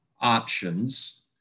options